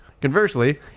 conversely